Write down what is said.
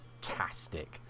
Fantastic